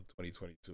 2022